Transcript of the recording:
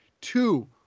two